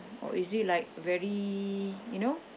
or is it like very you know